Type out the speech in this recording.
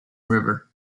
river